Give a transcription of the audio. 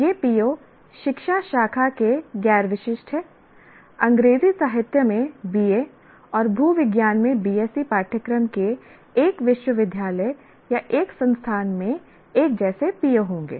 ये PO शिक्षा शाखा के गैर विशिष्ट हैं अंग्रेजी साहित्य में BA और भूविज्ञान में BSc पाठ्यक्रम के एक विश्वविद्यालय या एक संस्थान में एक जैसे PO होंगे